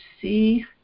see